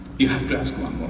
you have to ask one